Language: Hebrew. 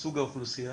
סוג האוכלוסייה,